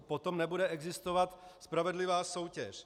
Potom nebude existovat spravedlivá soutěž.